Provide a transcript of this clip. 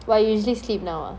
why you usually sleep now